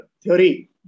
theory